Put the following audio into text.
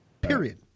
Period